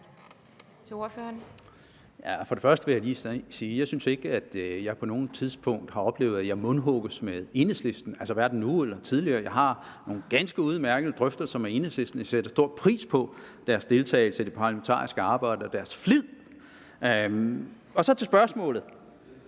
det første vil jeg lige sige, at jeg ikke synes, at jeg på noget tidspunkt har oplevet, at jeg mundhugges med Enhedslisten, hverken nu eller tidligere. Jeg har nogle ganske udmærkede drøftelser med Enhedslisten, og jeg sætter stor pris på deres deltagelse i det parlamentariske arbejde og på deres flid. Så til spørgsmålet: